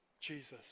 Jesus